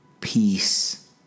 peace